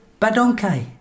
badonkai